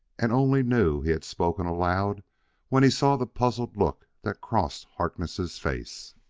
and only knew he had spoken aloud when he saw the puzzled look that crossed harkness' face.